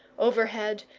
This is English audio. overhead,